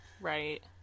Right